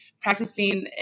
practicing